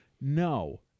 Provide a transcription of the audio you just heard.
no